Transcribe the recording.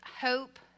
Hope